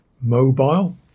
mobile